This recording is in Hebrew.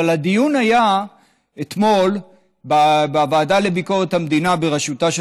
אבל הדיון אתמול בוועדה לביקורת המדינה בראשותה של